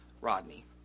Rodney